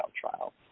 trial